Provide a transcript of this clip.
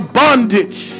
bondage